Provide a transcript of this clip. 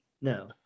No